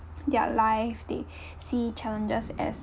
their life they see challenges as